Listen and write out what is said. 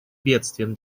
бедствием